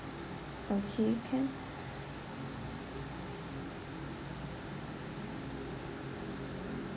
okay can